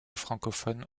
francophone